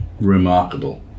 remarkable